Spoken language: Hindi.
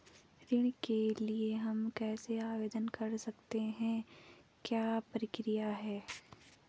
ऋण के लिए हम कैसे आवेदन कर सकते हैं क्या प्रक्रिया है?